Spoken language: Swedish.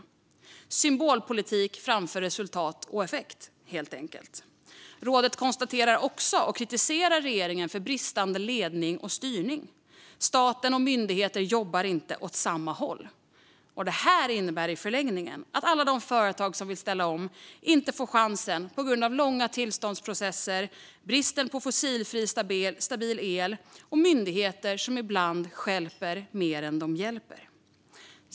Man har drivit symbolpolitik framför resultat och effekt helt enkelt. Rådet kritiserar också regeringen för bristande ledning och styrning. Staten och myndigheterna jobbar inte åt samma håll. Det innebär i förlängningen att alla företag som vill ställa om inte får chansen på grund av långa tillståndsprocesser, bristen på fossilfri stabil el och myndigheter som ibland stjälper mer än de hjälper.